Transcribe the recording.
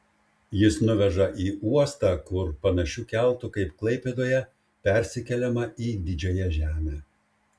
jis nuveža į uostą kur panašiu keltu kaip klaipėdoje persikeliama į didžiąją žemę